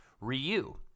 Ryu